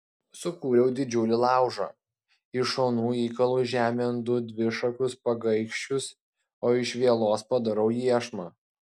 sukuriu didžiulį laužą iš šonų įkalu žemėn du dvišakus pagaikščius o iš vielos padarau iešmą